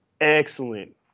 excellent